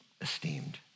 esteemed